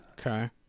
Okay